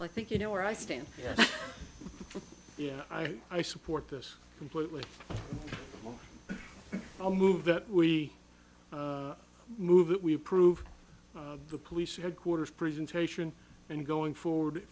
i think you know where i stand yeah i support this completely i'll move that we move that we approve the police headquarters presentation and going forward